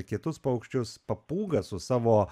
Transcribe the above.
kitus paukščius papūga su savo